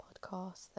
podcast